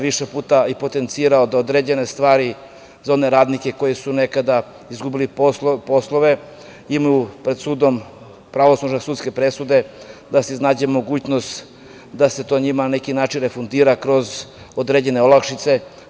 Više puta sam i potencirao da određene stvari, za one radnike koji su nekada izgubili posao imaju pred sudom pravosnažne sudske presude, da se iznađe mogućnost da se to njima na neki način refundira kroz određene olakšice.